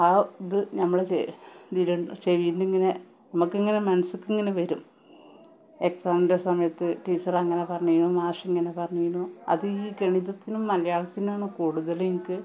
ആ ഇത് നമ്മള് ഇതില് ചെയ്യുന്നതിങ്ങനെ നമുക്കിങ്ങനെ മനസ്സിലേക്കിങ്ങനെ വരും എക്സാമിന്റെ സമയത്ത് ടീച്ചറങ്ങനെ പറഞ്ഞേനു മാഷിങ്ങനെ പറഞ്ഞേനു അതില് ഗണിതത്തിനും മലയാളത്തിനുമാണ് കൂടുതലെനിക്ക്